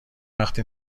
وقتی